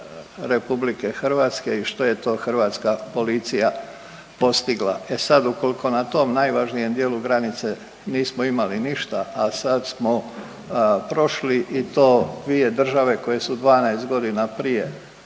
vanjske granice RH i što je to hrvatska policija postigla. E sad, ukoliko na tom najvažnijem dijelu granice nismo imali ništa, a sad smo prošli i to dvije države koje su 12 godina prije